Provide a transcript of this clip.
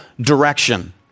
direction